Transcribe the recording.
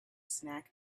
snack